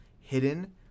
hidden